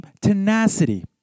tenacity